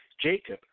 Jacob